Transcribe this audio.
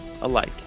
alike